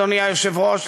אדוני היושב-ראש,